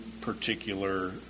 particular